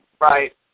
right